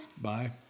Bye